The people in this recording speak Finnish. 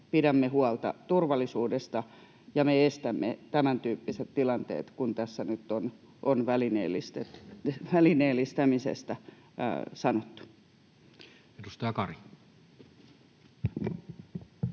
pidämme huolta turvallisuudesta ja me estämme tämäntyyppiset tilanteet kuin mitä tässä nyt on välineellistämisestä sanottu. [Speech 120]